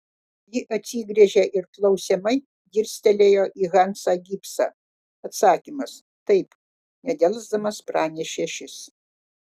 ji atsigręžė ir klausiamai dirstelėjo į hansą gibsą atsakymas taip nedelsdamas pranešė šis